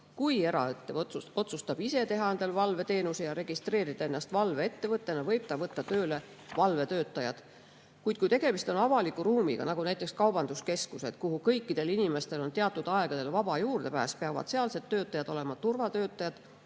otsustab ise teha endale valveteenuse ja registreerida ennast valveettevõttena, võib ta võtta tööle valvetöötajad. Kuid kui tegemist on avaliku ruumiga, nagu näiteks kaubanduskeskused, kuhu kõikidel inimestel on teatud ajal vaba juurdepääs, siis sealsed töötajad peavad olema turvatöötajad,